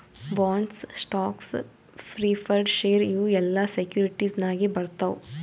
bonds, stocks, preferred share ಇವು ಎಲ್ಲಾ securities ನಾಗೆ ಬರ್ತಾವ್